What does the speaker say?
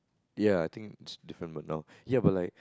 ya I think it's a different Bedok ya but like